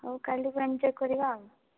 ହଉ କାଲିକୁ ଏନ୍ଜୟ କରିବା ଆଉ